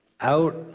out